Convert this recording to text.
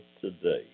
today